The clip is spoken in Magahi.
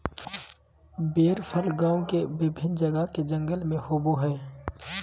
बेर फल गांव के विभिन्न जगह के जंगल में होबो हइ